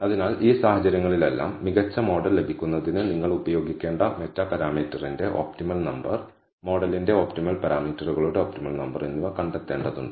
അതിനാൽ ഈ സാഹചര്യങ്ങളിലെല്ലാം മികച്ച മോഡൽ ലഭിക്കുന്നതിന് നിങ്ങൾ ഉപയോഗിക്കേണ്ട മെറ്റാ പാരാമീറ്ററിന്റെ ഒപ്റ്റിമൽ നമ്പർ മോഡലിന്റെ ഒപ്റ്റിമൽ പാരാമീറ്ററുകളുടെ ഒപ്റ്റിമൽ നമ്പർ എന്നിവ കണ്ടെത്തേണ്ടതുണ്ട്